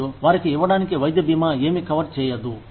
మరియు వారికి ఇవ్వడానికి వైద్య బీమా ఏమి కవర్ చేయదు